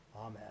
Amen